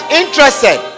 interested